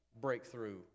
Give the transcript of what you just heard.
breakthrough